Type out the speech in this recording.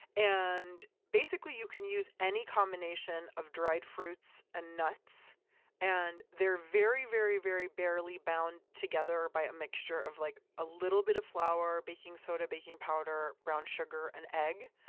and basically, you can use any combination of dried fruits and nuts and they're very, very, very, very barely bound together by a mixture of like a little bit of flour, baking soda, baking powder, brown sugar, and egg.